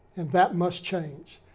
and that must change.